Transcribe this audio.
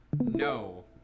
No